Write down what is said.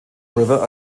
river